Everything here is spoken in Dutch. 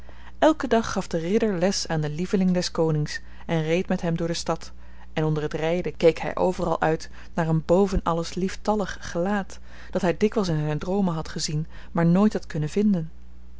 elken dag gaf de ridder les aan den lieveling des konings en reed met hem door de stad en onder het rijden keek hij overal uit naar een boven alles lieftallig gelaat dat hij dikwijls in zijn droomen had gezien maar nooit had kunnen vinden